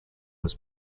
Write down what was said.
was